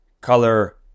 color